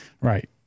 Right